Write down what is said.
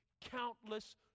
countless